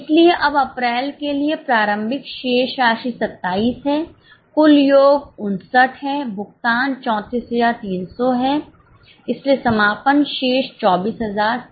इसलिए अब अप्रैल के लिए प्रारंभिक शेष राशि 27 है कुल योग 59 है भुगतान 34300 हैं इसलिए समापन शेष 24700 है